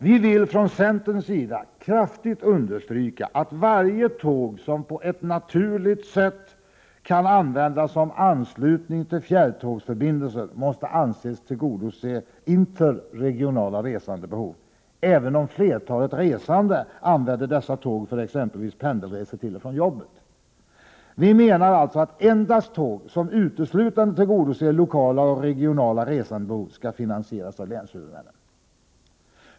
Vi vill från centerns sida kraftigt understryka att varje tåg som på ett naturligt sätt kan användas som anslutning till fjärrtågsförbindelser måste anses tillgodose interregionala resandebehov, även om flertalet resande använder dessa tåg för exempelvis pendelresor till och från arbetet. Vi menar alltså att endast tåg som uteslutande tillgodoser lokala och regionala resandebehov skall finansieras av länshuvudmännen.